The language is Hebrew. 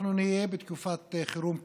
אנחנו נהיה בתקופת חירום כלכלית,